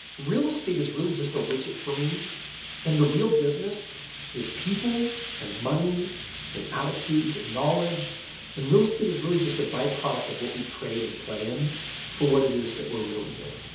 real estate is really just a widget for me and the real business is people and money and attitudes and knowledge and real estate is really just a byproduct of what we trade and plan for what it is that we're really doing.